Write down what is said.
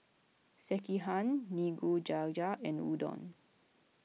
Sekihan Nikujaga and Udon